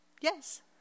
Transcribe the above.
Yes